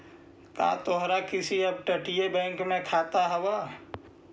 का तोहार किसी अपतटीय बैंक में खाता हाव